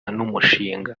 n’umushinga